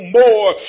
more